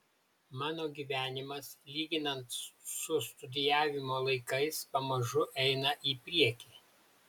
mano gyvenimas lyginant su studijavimo laikais pamažu eina į priekį